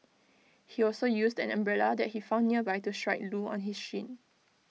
he also used an umbrella that he found nearby to strike Loo on his shin